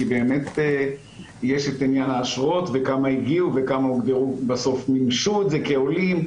כי באמת יש את עניין האשרות וכמה הגיעו וכמה בסוף מימשו את זה כעולים,